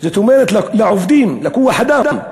זאת אומרת, לעובדים, לכוח-אדם.